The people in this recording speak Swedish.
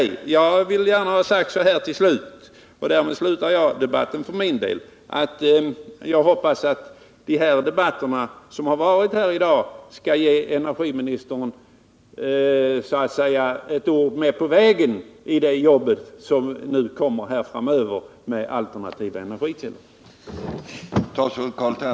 Jag vill gärna sluta debatten med att säga, att jag hoppas att debatterna i dag skall ge energiministern ett ord med på vägen i det jobb som kommer framöver med alternativa energikällor.